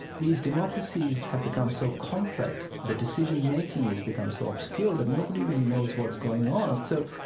these democracies have become so complex, the decision-making has become so obscured that nobody really knows what's going on. so,